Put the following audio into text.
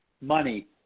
money